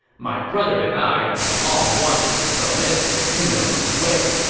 my brother and i have long wanted to submit to the kingdom of wei.